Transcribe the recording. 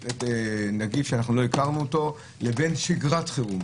נגיף שלא הכרנו אותו לשגרת חירום.